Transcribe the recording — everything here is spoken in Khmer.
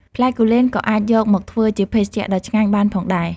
ផ្លែគូលែនក៏អាចយកមកធ្វើជាភេសជ្ជៈដ៏ឆ្ងាញ់បានផងដែរ។